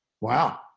Wow